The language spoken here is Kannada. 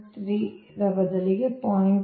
3 ರ ಬದಲಿಗೆ 0